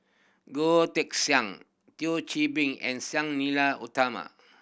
Goh Teck Sian Thio Chan Bee and Sang Nila Utama